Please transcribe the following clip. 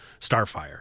Starfire